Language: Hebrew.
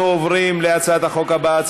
אנחנו עוברים להצעת החוק הבאה,